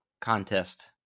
contest